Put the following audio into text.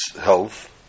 health